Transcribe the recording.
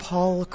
Paul